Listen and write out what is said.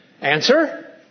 Answer